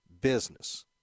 business